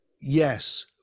Yes